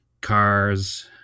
cars